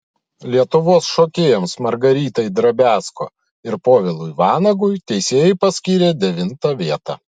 lietuvos šokėjams margaritai drobiazko ir povilui vanagui teisėjai paskyrė devintą vietą